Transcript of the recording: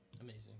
Amazing